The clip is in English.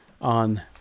on